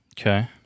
Okay